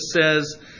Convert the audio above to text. says